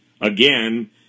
again